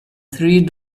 three